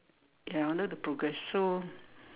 ya I wanted to progress so